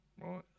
right